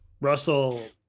Russell